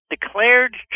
declared